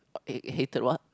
eh hated what